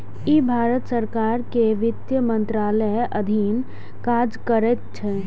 ई भारत सरकार के वित्त मंत्रालयक अधीन काज करैत छै